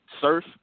Surf